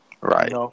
Right